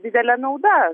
didelė nauda